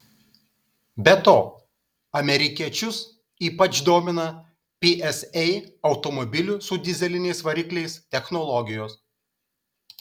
be to amerikiečius ypač domina psa automobilių su dyzeliniais varikliais technologijos